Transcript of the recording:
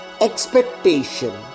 Expectation